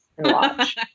watch